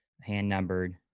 hand-numbered